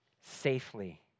Safely